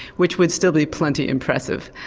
which would still be plenty impressive.